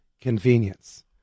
convenience